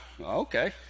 okay